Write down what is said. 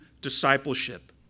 discipleship